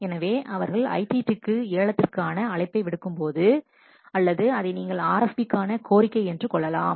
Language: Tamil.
எனவே அவர்கள் ITT இக்கு ஏலத்திற்கான அழைப்பை விடுக்கும்போது அல்லது அதை நீங்கள் RFP கான கோரிக்கை என்று கொள்ளலாம்